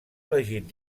elegit